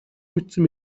мэдсэн